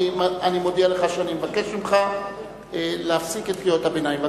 אני מודיע לך שאני מבקש ממך להפסיק את קריאות הביניים.